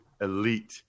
Elite